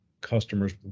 customers